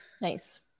Nice